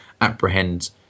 apprehend